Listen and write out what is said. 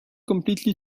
completely